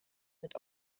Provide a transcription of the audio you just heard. mit